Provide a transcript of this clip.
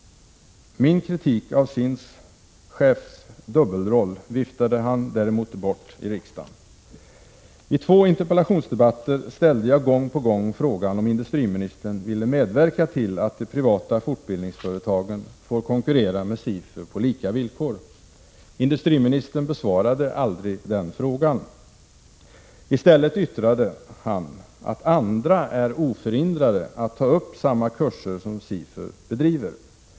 Min kritik av SIND-chefens dubbelroll viftade industriministern däremot bort i riksdagen. I två interpellationsdebatter ställde jag gång på gång frågan om industriministern ville medverka till att de privata fortbildningsföretagen får konkurrera med SIFU på lika villkor. Industriministern besvarade aldrig den frågan. I stället yttrade han att andra är ”oförhindrade” att ta upp samma kurser som SIFU bedriver.